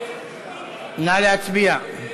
נא להצביע.